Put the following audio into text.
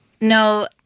No